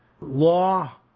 law